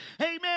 Amen